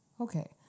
okay